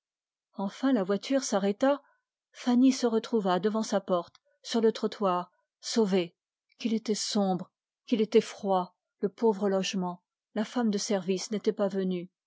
enfin la voiture s'arrêta fanny se retrouva devant sa porte sauvée qu'il était sombre qu'il était froid le pauvre logement la femme de service n'était pas venue